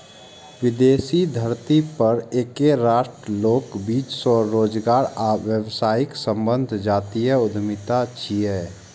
विदेशी धरती पर एके राष्ट्रक लोकक बीच स्वरोजगार आ व्यावसायिक संबंध जातीय उद्यमिता छियै